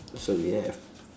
so we have